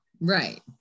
Right